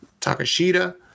Takashita